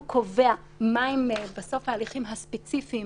הוא קובע מה הם בסוף ההליכים הספציפיים